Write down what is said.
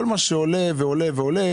כל מה שעולה ועולה ועולה